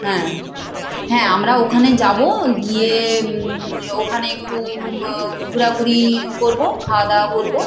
হ্যাঁ হ্যাঁ আমরা ওখানে যাবো গিয়ে ওখানে একটু ঘোরাঘুরি করব খাওয়া দাওয়া করব